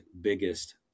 biggest